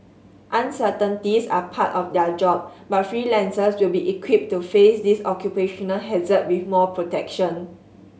uncertainties are part of their job but freelancers will be equipped to face this occupational hazard with more protection